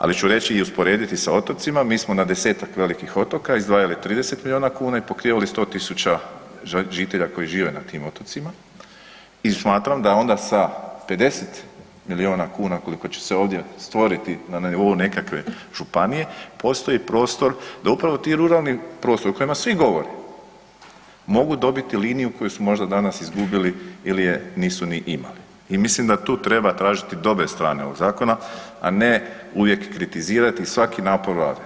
Ali ću reći i usporediti sa otocima, mi smo na 10-tak velikih otoka izdvajali 30 milijuna kuna i pokrivali 100 tisuća žitelja koji žive na tim otocima i smatram da onda sa 50 milijuna kuna koliko će se ovdje stvoriti na nivou nekakve županije, postoji prostor da upravo ti ruralni prostori o kojima svi govore, mogu dobiti liniju koju su možda danas izgubili ili je nisu ni imali i mislim da tu treba tražiti dobre strane ovog zakona, a ne uvijek kritizirati i svaki napor Vlade.